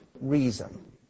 reason